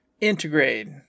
Integrate